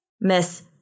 Miss